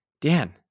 Dan